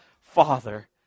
Father